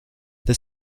the